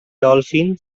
dolphin